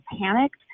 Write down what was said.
panicked